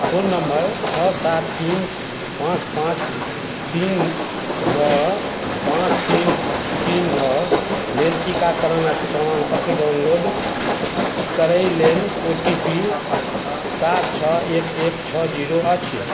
phone number छओ सात तीन पाँच पाँच तीन नओ पाँच तीन तीन नओ लेल टीकाकरणक प्रमाणपत्र डाउनलोड करै लेल ओ टी पी सात छओ एक एक छओ ज़ीरो अछि